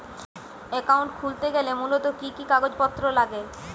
Account খুলতে গেলে মূলত কি কি কাগজপত্র লাগে?